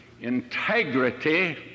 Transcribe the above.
Integrity